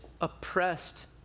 oppressed